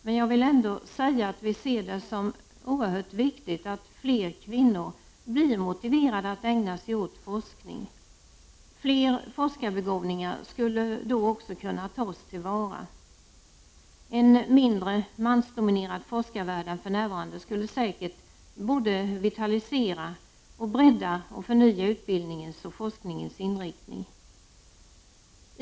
Vi ser det som oerhört viktigt att fler kvinnor blir motiverade att ägna sig åt forskning. Fler forskarbegåvningar skulle då också kunna tas till vara. En mindre mansdominerad forskarvärld än för närvarande skulle säkert vitalisera, bredda och förnya utbildningens och forskningens inriktning.